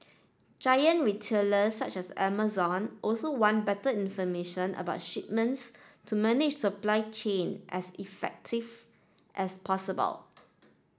giant retailers such as Amazon also want better information about shipments to manage supply chain as effective as possible